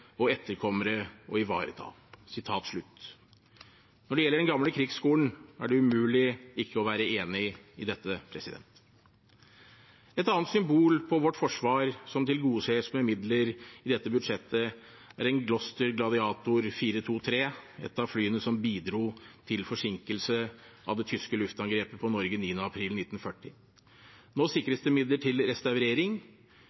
og etterkommere å ivareta.» Når det gjelder Den gamle krigsskolen, er det umulig ikke å være enig i dette. Et annet viktig symbol på vårt forsvar som tilgodeses med midler i dette budsjettet, er en Gloster Gladiator 423, ett av flyene som bidro til forsinkelse av det tyske luftangrepet på Norge 9. april 1940. Nå